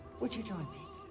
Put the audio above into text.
would you join me?